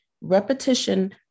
Repetition